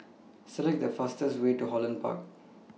Select The fastest Way to Holland Park